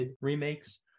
remakes